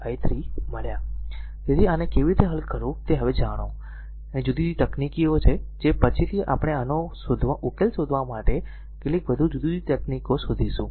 તેથી આને કેવી રીતે હલ કરવું તે હવે જાણો તેથી આ જુદી જુદી તકનીકો છે જે પછીથી આપણે આનો ઉકેલ શોધવા માટે કેટલીક વધુ જુદી જુદી તકનીકો શોધીશું